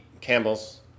Campbell's